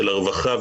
של הרווחה,